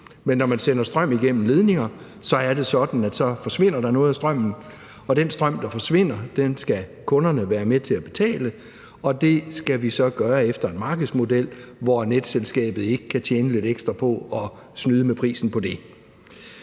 men når man sender strøm igennem ledninger, er det sådan, at der forsvinder noget af strømmen, og den strøm, der forsvinder, skal kunderne være med til at betale, og det skal vi så gøre efter en markedsmodel, hvor netselskabet ikke kan tjene lidt ekstra på at snyde med prisen på det.